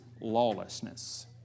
lawlessness